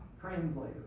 translator